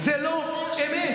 זה לא אמת.